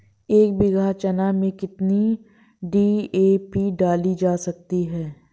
एक बीघा चना में कितनी डी.ए.पी डाली जा सकती है?